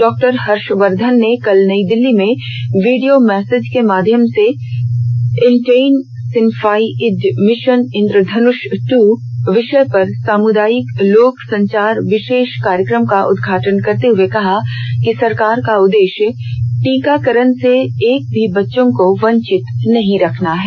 doctor Harshvardhan ने कल नई दिल्ली में वीडियो मैसेज के माध्यम से इंटेनसिफाईड मिशन इंद्रधनुष टू विषय पर सामुदायिक लोक संचार विशेष कार्यक्रम का उद्घाटन करते हुए कहा कि सरकार का उद्देश्य टीकाकरण से एक भी बच्चों को वंचित नहीं रखना है